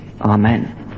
Amen